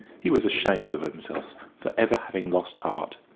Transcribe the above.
he was ashamed of himself for ever having lost heart.